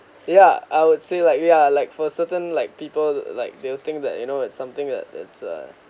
ya I would say like yeah like for certain like people like they will think that you know it's something it's a